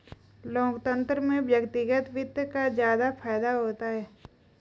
लोकतन्त्र में व्यक्तिगत वित्त का ज्यादा फायदा होता है